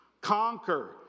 conquer